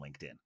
LinkedIn